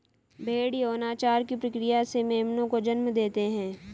भ़ेड़ यौनाचार की प्रक्रिया से मेमनों को जन्म देते हैं